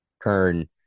Kern